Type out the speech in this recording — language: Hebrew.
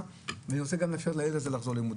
ואני רוצה גם לאפשר לילד הזה לחזור לבית הספר.